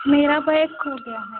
मेरा बैग खो गया है